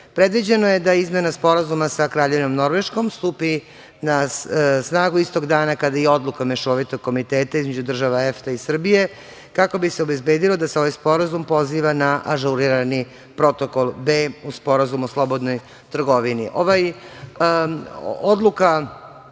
EFTA.Predviđeno je da izmena Sporazuma sa Kraljevinom Norveškom stupi na snagu istog dana kada i Odluka Mešovitog komiteta između država EFTA i Srbije, kako bi se obezbedilo da se ovaj sporazum poziva na ažurirani Protokol B uz Sporazum o slobodnoj trgovini. Odluka